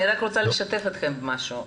אני רוצה לשתף אתכם במשהו,